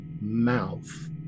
mouth